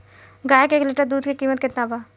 गाय के एक लीटर दुध के कीमत केतना बा?